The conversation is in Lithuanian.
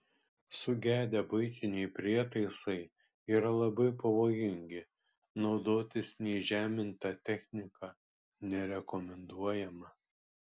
sugedę buitiniai prietaisai yra labai pavojingi naudotis neįžeminta technika nerekomenduojama